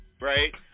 right